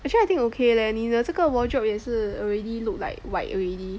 actually I think okay leh 你这个 wardrobe 也是 already look like white already